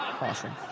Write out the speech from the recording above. Awesome